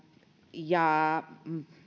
ja